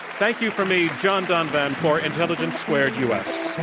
thank you for me, john donvan, for intelligence squared u.